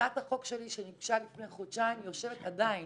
הצעת החוק שלי שהוגשה לפני חודשיים יושבת עדיין